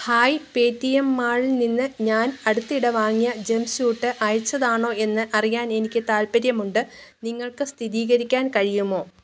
hi Paytm മാൾൽ നിന്ന് ഞാൻ അടുത്തിടെ വാങ്ങിയ ജെമ്പ് സ്യൂട്ട് അയച്ചതാണോ എന്ന് അറിയാൻ എനിക്ക് താൽപ്പര്യമുണ്ട് നിങ്ങൾക്ക് സ്ഥിരീകരിക്കാൻ കഴിയുമോ